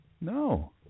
No